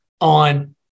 on